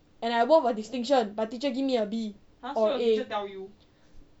and I worth a distinction but teacher give me a B or a A